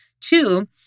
Two